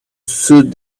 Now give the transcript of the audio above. suit